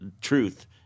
truth